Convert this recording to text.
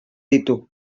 ditu